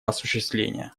осуществления